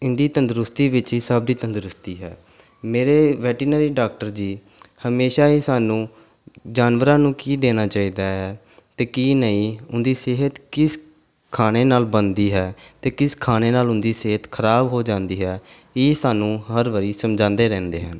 ਇਹਨਾਂ ਦੀ ਤੰਦਰੁਸਤੀ ਵਿੱਚ ਹੀ ਸਭ ਦੀ ਤੰਦਰਸਤੀ ਹੈ ਮੇਰੇ ਵੈਟੀਨਰੀ ਡਾਕਟਰ ਜੀ ਹਮੇਸ਼ਾ ਹੀ ਸਾਨੂੰ ਜਾਨਵਰਾਂ ਨੂੰ ਕੀ ਦੇਣਾ ਚਾਹੀਦਾ ਹੈ ਅਤੇ ਕੀ ਨਹੀਂ ਉਹਨਾਂ ਦੀ ਸਿਹਤ ਕਿਸ ਖਾਣੇ ਨਾਲ ਬਣਦੀ ਹੈ ਅਤੇ ਕਿਸ ਖਾਣੇ ਨਾਲ ਉਹਨਾਂ ਦੀ ਸਿਹਤ ਖ਼ਰਾਬ ਹੋ ਜਾਂਦੀ ਹੈ ਇਹ ਸਾਨੂੰ ਹਰ ਵਾਰੀ ਸਮਝਾਉਂਦੇ ਰਹਿੰਦੇ ਹਨ